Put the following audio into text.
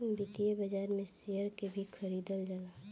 वित्तीय बाजार में शेयर के भी खरीदल जाला